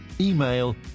email